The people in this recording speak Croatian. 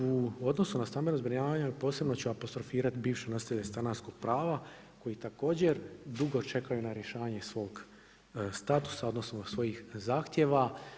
U odnosu na stambeno zbrinjavanje posebno ću apostrofirati bivše nositelje stanarskog prava koji također dugo čekaju na rješavanje svog statusa, odnosno svojih zahtjeva.